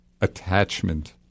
attachment